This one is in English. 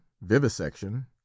vivisection